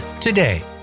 today